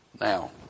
Now